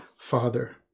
father